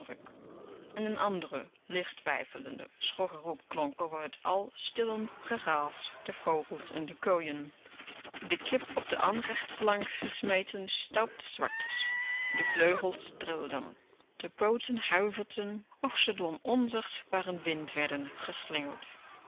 en n andere licht weifelende schorre roep klonk over t al stillend geraas der vogels in de kooien de kip op de aanrechtplank gesmeten stuipte zwakjes de vleugels trilden de pooten huiverden of ze door n onzichtbaren wind werden geslingerd